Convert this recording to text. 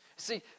See